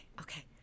okay